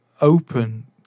open